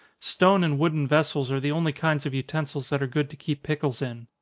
stone and wooden vessels are the only kinds of utensils that are good to keep pickles in.